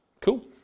Cool